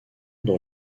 dans